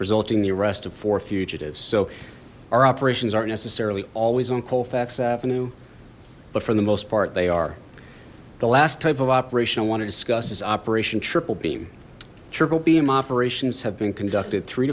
resulting the arrest of four fugitives so our operations aren't necessarily always on colfax avenue but for the most part they are the last type of operation i want to discuss is operation triple beam triple beam operations have been conducted three